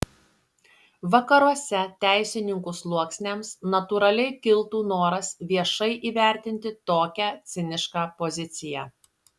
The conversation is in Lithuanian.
vakaruose teisininkų sluoksniams natūraliai kiltų noras viešai įvertinti tokią cinišką poziciją